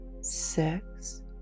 six